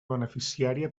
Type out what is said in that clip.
beneficiària